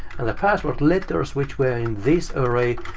and the password letters, which were in this array,